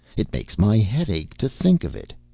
it makes my head ache to think of it.